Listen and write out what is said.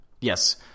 Yes